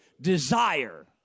Desire